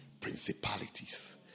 principalities